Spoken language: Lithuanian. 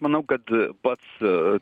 manau kad pats